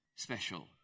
Special